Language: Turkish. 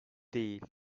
değil